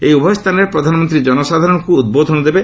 ଏହି ଉଭୟ ସ୍ଥାନରେ ପ୍ରଧାନମନ୍ତ୍ରୀ ଜନସାଧାରଣଙ୍କୁ ଉଦ୍ବୋଧନ ଦେବେ